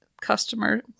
customer